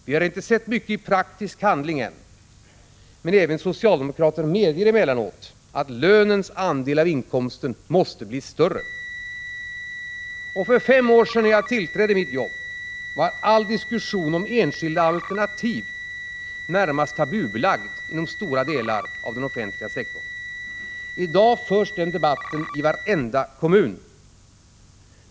Vi har inte sett mycket i praktisk handling än, men även socialdemokrater medger emellanåt att lönens andel av inkomsten måste bli större. Och för fem år sedan, när jag tillträdde mitt jobb, var all diskussion om enskilda alternativ närmast tabubelagd inom stora delar av den offentliga sektorn. I dag förs den debatten i varenda kommun.